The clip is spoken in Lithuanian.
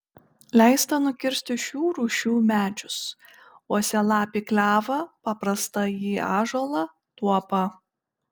leista nukirsti šių rūšių medžius uosialapį klevą paprastąjį ąžuolą tuopą